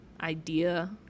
idea